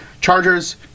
Chargers